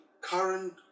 current